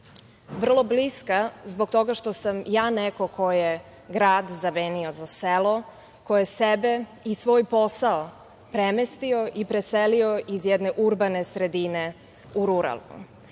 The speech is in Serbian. vrlo bliska zbog toga što sam ja neko ko je grad zamenio za selo, ko je sebe i svoj posao premestio i preselio iz jedne urbane sredine u ruralnu.